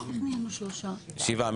שבעה.